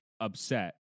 upset